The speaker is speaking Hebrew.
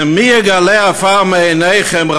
במי יגלה עפר מעיניכם,